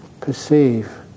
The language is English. perceive